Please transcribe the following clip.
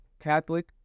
catholic